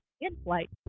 in-flight